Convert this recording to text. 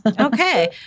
Okay